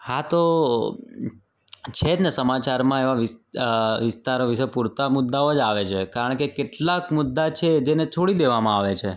હા તો છે જ ને સમાચારમાં એવા વિસ વિસ્તારો વિશે પૂરતા મુદ્દાઓ જ આવે છે કારણ કે કેટલાક મુદ્દા છે જેને છોડી દેવામાં આવે છે